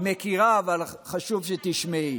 סליחה, היא מכירה, אבל חשוב שתשמעי.